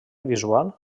visual